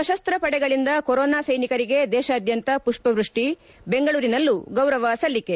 ಸರಸ್ತ ಪಡೆಗಳಿಂದ ಕೊರೊನಾ ಸೈನಿಕರಿಗೆ ದೇಶಾದ್ಯಂತ ಮಷ್ಷವೃಷ್ಟಿ ಬೆಂಗಳೂರಿನಲ್ಲೂ ಗೌರವ ಸಲ್ಲಿಕೆ